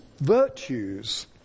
virtues